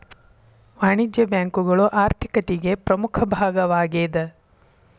ವಾಣಿಜ್ಯ ಬ್ಯಾಂಕುಗಳು ಆರ್ಥಿಕತಿಗೆ ಪ್ರಮುಖ ಭಾಗವಾಗೇದ